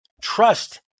trust